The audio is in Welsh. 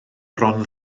bron